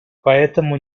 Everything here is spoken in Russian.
поэтому